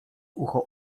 ucho